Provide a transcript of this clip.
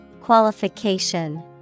qualification